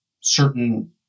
certain